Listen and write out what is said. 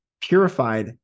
purified